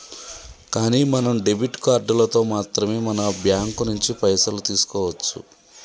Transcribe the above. కానీ మనం డెబిట్ కార్డులతో మాత్రమే మన బ్యాంకు నుంచి పైసలు తీసుకోవచ్చు